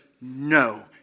no